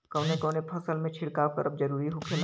कवने कवने फसल में छिड़काव करब जरूरी होखेला?